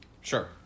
Sure